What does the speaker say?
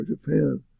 Japan